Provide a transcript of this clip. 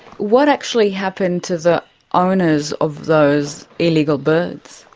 what actually happened to the owners of those illegal birds?